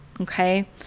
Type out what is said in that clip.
Okay